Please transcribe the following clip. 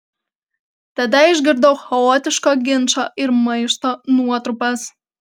tada išgirdau chaotiško ginčo ir maišto nuotrupas